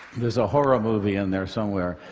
there's a horror movie in there somewhere.